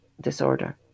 disorder